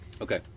Okay